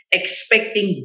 expecting